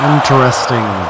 Interesting